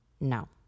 No